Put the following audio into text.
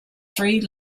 three